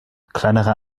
kleinere